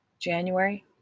January